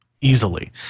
easily